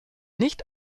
nicht